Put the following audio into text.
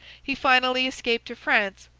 he finally escaped to france,